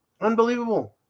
Unbelievable